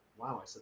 Wow